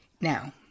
Now